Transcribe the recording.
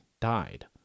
died